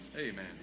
Amen